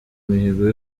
imihigo